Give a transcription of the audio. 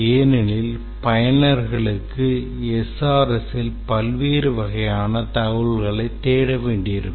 ஏனெனில் பயனர்களுக்கு SRSஸில் பல்வேறு வகையான தகவல்களைத் தேட வேண்டியிருக்கும்